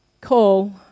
call